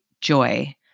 joy